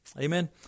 Amen